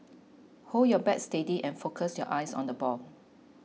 hold your bat steady and focus your eyes on the ball